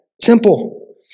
simple